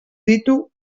ditu